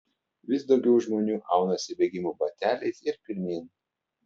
vis daugiau žmonių aunasi bėgimo bateliais ir pirmyn